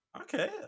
Okay